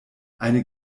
eine